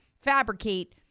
fabricate